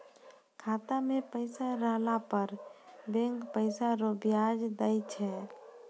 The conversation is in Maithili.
खाता मे पैसा रहला पर बैंक पैसा रो ब्याज दैय छै